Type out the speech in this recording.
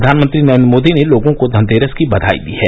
प्रधानमंत्री नरेन्द्र मोदी ने लोगों को धनतेरस की बघाई दी है